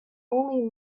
only